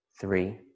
three